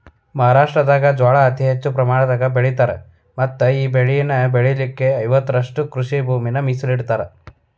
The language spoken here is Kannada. ಮಹಾರಾಷ್ಟ್ರದಾಗ ಜ್ವಾಳಾ ಅತಿ ಹೆಚ್ಚಿನ ಪ್ರಮಾಣದಾಗ ಬೆಳಿತಾರ ಮತ್ತಈ ಬೆಳೆನ ಬೆಳಿಲಿಕ ಐವತ್ತುರಷ್ಟು ಕೃಷಿಭೂಮಿನ ಮೇಸಲಿಟ್ಟರಾ